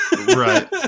Right